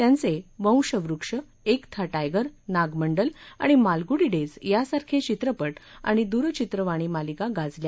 त्यांचे वंशवृक्ष एक था टायगर नागमंडल आणि मालगुडी डेज यासारखे चित्रपट आणि दूरचित्रवाणी मालिका गाजल्या